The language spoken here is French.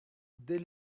dès